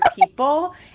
people